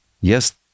yes